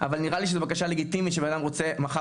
אבל נראה לי שזו בקשה לגיטימית שבן אדם רוצה מחר